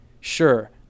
Sure